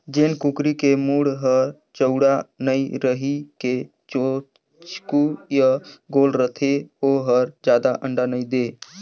जेन कुकरी के मूढ़ हर चउड़ा नइ रहि के चोचकू य गोल रथे ओ हर जादा अंडा नइ दे